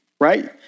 right